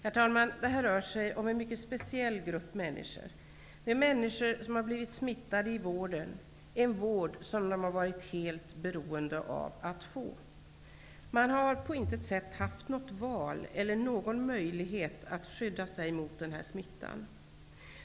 Det här rör sig om en mycket speciell grupp människor som blivit smittade i vården, en vård som de varit helt beroende av att få. Man har på intet sätt haft något val eller någon möjlighet att skydda sig mot den här smittan.